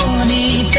money